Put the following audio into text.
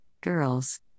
Girls